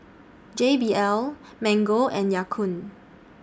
J B L Mango and Ya Kun